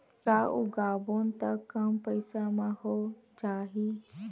का उगाबोन त कम पईसा म हो जाही?